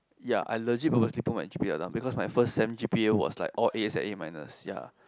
ya I legit purposely put my g_o_a because my first sem g_p_a was like all A and A minus